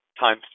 timestamp